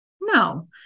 No